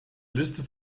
liste